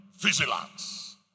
Vigilance